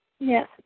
Yes